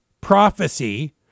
prophecy